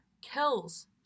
kills